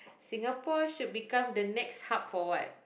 Singapore should become the next hub for what